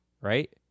right